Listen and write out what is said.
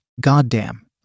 Goddamn